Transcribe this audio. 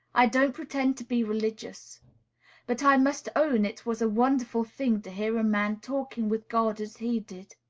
i don't pretend to be religious but i must own it was a wonderful thing to hear a man talking with god as he did.